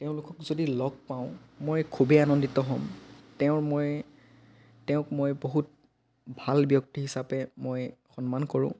তেওঁলোকক যদি লগ পাওঁ মই খুবেই আনন্দিত হ'ম তেওঁৰ মই তেওঁক মই বহুত ভাল ব্যক্তি হিচাপে মই সন্মান কৰোঁ